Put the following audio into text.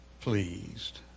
pleased